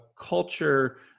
culture